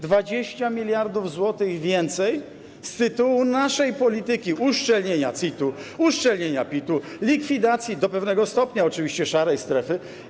20 mld zł i więcej z tytułu naszej polityki uszczelnienia CIT-u, uszczelnienia PIT-u, likwidacji - do pewnego stopnia oczywiście - szarej strefy.